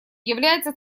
является